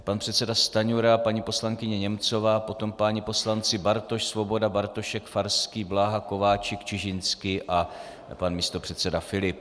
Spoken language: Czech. Pan předseda Stanjura, paní poslankyně Němcová, potom páni poslanci Bartoš, Svoboda, Bartošek, Farský, Bláha, Kováčik, Čižinský a pan místopředseda Filip.